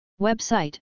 Website